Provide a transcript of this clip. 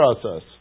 process